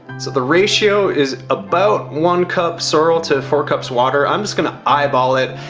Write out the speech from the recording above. so the ratio is about one cup sorrel to four cups water. i'm just gonna eyeball it.